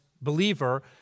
believer